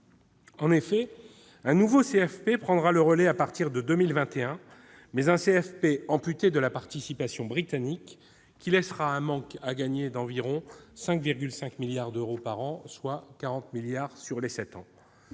En effet, un nouveau CFP prendra le relais à partir de 2021, mais un CFP amputé de la participation britannique, ce qui laissera un manque à gagner d'environ 5,5 milliards d'euros par an, soit 40 milliards d'euros